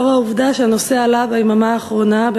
לאור העובדה שהנושא עלה ביממה האחרונה,